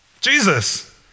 Jesus